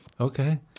Okay